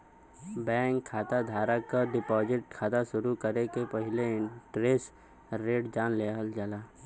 bank खाता धारक क डिपाजिट खाता शुरू करे से पहिले इंटरेस्ट रेट जान लेना चाही